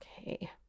Okay